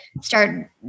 start